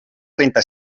trenta